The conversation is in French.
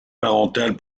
parental